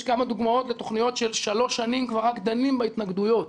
יש כמה דוגמאות לתוכניות ששלוש שנים כבר רק דנים בהתנגדויות.